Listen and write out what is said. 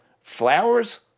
flowers